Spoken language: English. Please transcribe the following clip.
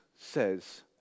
says